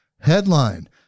Headline